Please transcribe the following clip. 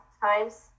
times